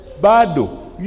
Badu